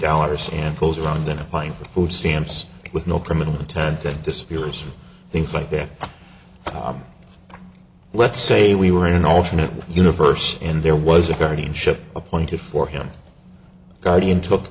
dollar samples around in applying for food stamps with no criminal intent it disappears things like that let's say we were in an alternate universe and there was a guardianship appointed for him guardian took